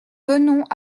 venons